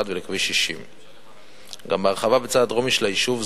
31 ולכביש 60. גם בהרחבה בצד הדרומי של היישוב,